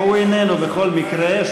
הוא איננו בכל מקרה.